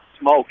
smoke